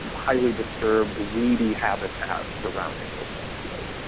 highly disturbed weedy habitats surrounding those same fields.